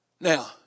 Now